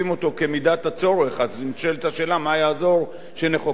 אז נשאלת השאלה מה יעזור שנחוקק חוק עוד יותר מקיף,